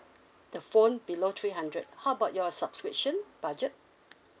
the phone below three hundred how about your subscription budget